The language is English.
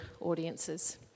audiences